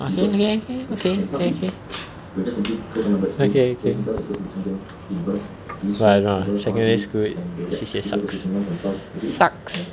okay okay okay okay okay okay okay okay but I don't know lah secondary school C_C_A sucks suck